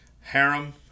harem